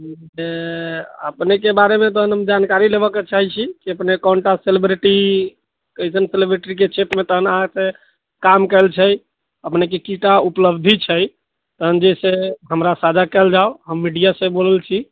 जे अपनेके बारेमे तहन हम जानकारी लेबऽके चाहै छी अपने कोनटा सेलेब्रिटी कइसन सेलेब्रिटीके क्षेत्रमे तहन अहाँसँ काम कएल छै अपनेके कीटा उपलब्धि छै तहन जे छै हमरा साझा कएल जाउ हम मीडियासँ बोलै छी